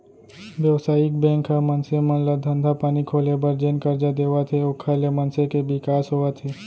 बेवसायिक बेंक ह मनसे मन ल धंधा पानी खोले बर जेन करजा देवत हे ओखर ले मनसे के बिकास होवत हे